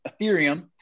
Ethereum